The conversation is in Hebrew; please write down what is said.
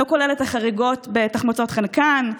לא כוללת את החריגות בתחמוצות חנקן,